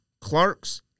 Clark's